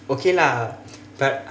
okay lah but